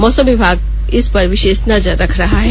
मौसम विभाग इस पर विषेष नजर रख रहा है